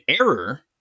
error